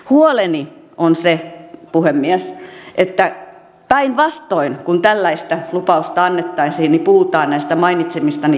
huoleni on se puhemies että päinvastoin kuin tällaista lupausta annettaisiin puhutaan näistä mainitsemistani lisäleikkauksista